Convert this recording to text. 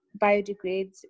biodegrades